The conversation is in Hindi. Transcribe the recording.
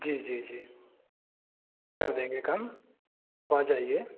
जी जी जी कर देंगे कम आप आ जाइए